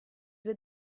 due